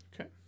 Okay